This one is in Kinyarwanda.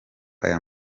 aya